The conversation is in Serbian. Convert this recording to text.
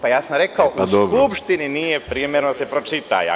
Ja sam rekao – u Skupštini nije primereno da se pročita.